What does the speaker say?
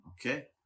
Okay